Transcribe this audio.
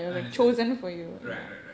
I understand right right right